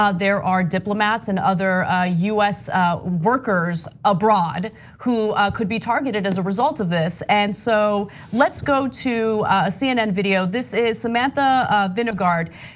ah there are diplomats and other ah us workers abroad who could be targeted as a result of this. and so let's go to cnn video. this is samantha vinograd,